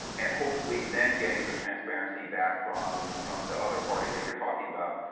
and hopefully then getting the transparency back from from the other party that you're talking about.